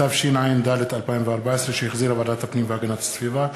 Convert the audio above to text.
התשע"ד 2014, שהחזירה ועדת הפנים והגנת הסביבה,